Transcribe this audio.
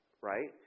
right